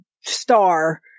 star